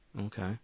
Okay